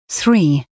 three